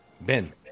Ben